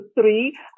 three